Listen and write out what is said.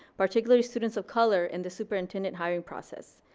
particularly students of color in the superintendent hiring process.